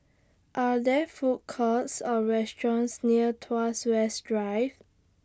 Are There Food Courts Or restaurants near Tuas West Drive